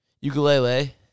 Ukulele